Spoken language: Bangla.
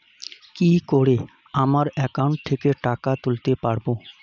কি করে আমার একাউন্ট থেকে টাকা তুলতে পারব?